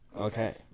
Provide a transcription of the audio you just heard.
Okay